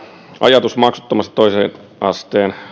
ajatus maksuttomasta toisen asteen